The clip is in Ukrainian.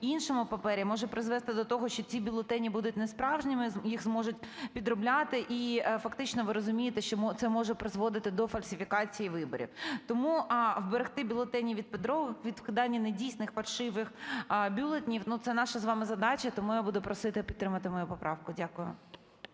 іншому папері може призвести до того, що ці бюлетені будуть несправжніми, їх зможуть підробляти. І, фактично, ви розумієте, що це може призводити до фальсифікації виборів. Тому вберегти бюлетені від підробки, від вкидання недійсних фальшивих бюлетенів – це наша з вами задача. Тому я буду просити підтримати мою поправку. Дякую.